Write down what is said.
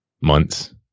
months